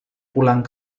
pulang